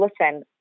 listen